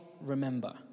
remember